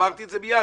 אמרתי את זה מיד,